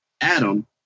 Adam